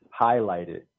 highlighted